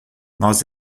nós